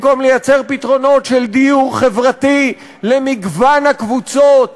במקום לייצר פתרונות של דיור חברתי למגוון הקבוצות